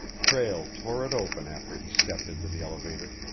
prale tore it open after he stepped into the elevator.